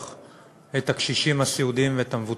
את הקשישים הסיעודיים ואת המבוטחים,